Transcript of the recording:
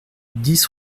dix